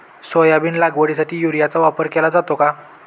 Soybean लागवडीसाठी युरियाचा वापर केला जातो का?